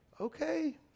okay